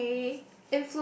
okay